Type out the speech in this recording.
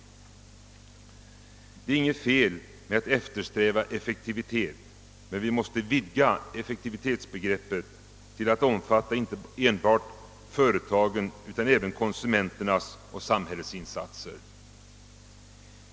Det är inget fel att eftersträva effektivitet, men vi måste vidga effektivitetsbegreppet till att omfatta inte enbart företagen utan även konsumenternas och samhällets insatser.